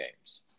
games